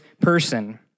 person